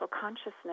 consciousness